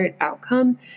Outcome